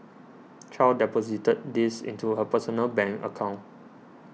Chow deposited these into her personal bank account